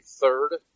third